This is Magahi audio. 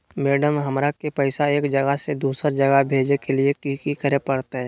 मैडम, हमरा के पैसा एक जगह से दुसर जगह भेजे के लिए की की करे परते?